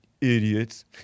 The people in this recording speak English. Idiots